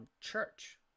church